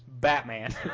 Batman